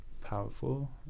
powerful